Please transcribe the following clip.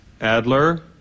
Adler